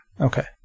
Okay